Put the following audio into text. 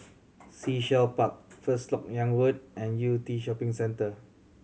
Sea Shell Park First Lok Yang Road and Yew Tee Shopping Centre